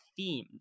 themed